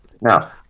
Now